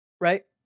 Right